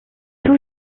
tout